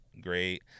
great